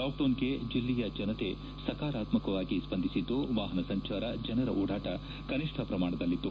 ಲಾಕ್ಡೌನ್ಗೆ ಜಿಲ್ಲೆಯ ಜನತೆ ಸಕಾರಾತ್ಕವಾಗಿ ಸ್ಪಂದಿಸಿದ್ದು ವಾಹನ ಸಂಚಾರ ಜನರ ಓಡಾಟ ಕನಿಷ್ಠ ಪ್ರಮಾಣದಲ್ಲಿತ್ತು